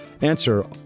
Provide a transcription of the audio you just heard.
answer